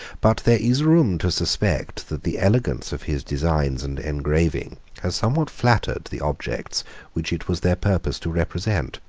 but there is room to suspect that the elegance of his designs and engraving has somewhat flattered the objects which it was their purpose to represent.